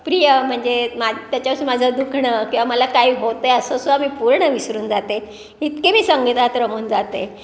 प्रिय म्हणजे मा त्याच्यावरून माझं दुखणं किंवा मला काही होत आहे असं सुद्धा मी पूर्ण विसरून जाते इतके मी संगीतात रमून जाते